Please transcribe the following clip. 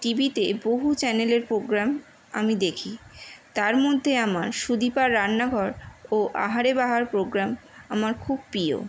টি ভিতে বহু চ্যানেলের প্রোগ্রাম আমি দেখি তার মধ্যে আমার সুদীপার রান্নাঘর ও আহারে বাহার প্রোগ্রাম আমার খুব প্রিয়